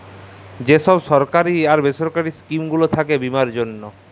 যে ছব সরকারি আর বেসরকারি ইস্কিম গুলা থ্যাকে বীমার জ্যনহে